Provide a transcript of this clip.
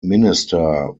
minister